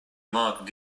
mark